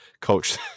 coach